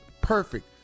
perfect